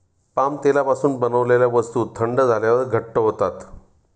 palm तेलापासून बनवलेल्या वस्तू थंड झाल्यावर घट्ट होतात